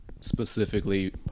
specifically